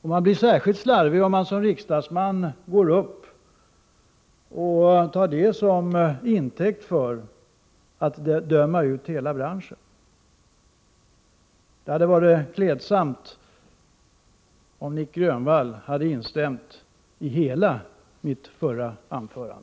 Man blir särskilt slarvig om man som riksdagsman går uppi talarstolen och tar denna tvådagarsundersökning till intäkt för att döma ut hela branschen. Det hade varit klädsamt om Nic Grönvall hade instämt i hela mitt förra anförande.